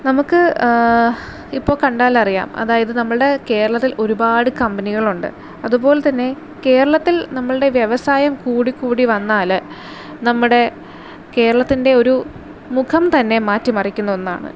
നമുക്ക് ഇപ്പോൾ കണ്ടാലറിയാം അതായത് നമ്മളുടെ കേരളത്തിൽ ഒരുപാട് കമ്പനികളുണ്ട് അതുപോലെ തന്നെ കേരളത്തിൽ നമ്മളുടെ വ്യവസായം കൂടി കൂടി വന്നാല് നമ്മുടെ കേരളത്തിൻ്റെ ഒരു മുഖം തന്നെ മാറ്റി മറിക്കുന്ന ഒന്നാണ്